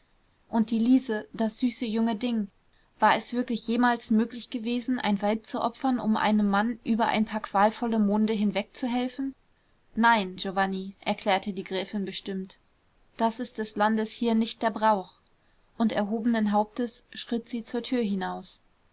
und die liese das süße junge ding war es wirklich jemals möglich gewesen ein weib zu opfern um einem mann über ein paar qualvolle monde hinwegzuhelfen nein giovanni erklärte die gräfin bestimmt das ist des landes hier nicht der brauch und erhobenen hauptes schritt sie zur tür hinaus